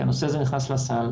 כי הנושא הזה נכנס לסל.